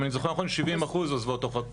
אם אני זוכר נכון, 70% עוזבות תוך חצי שנה.